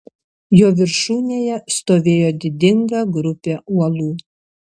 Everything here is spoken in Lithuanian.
jo viršūnėje stovėjo didinga grupė uolų